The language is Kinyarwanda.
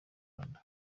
uganda